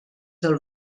del